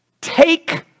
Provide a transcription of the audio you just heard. take